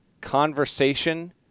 conversation